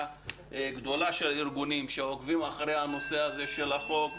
גדולה של ארגונים שעוקבים אחרי הנושא הזה של החוק,